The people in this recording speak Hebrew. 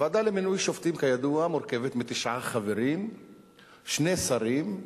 הוועדה למינוי שופטים מורכבת מתשעה חברים ובהם שני שרים,